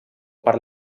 per